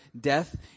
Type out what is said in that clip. death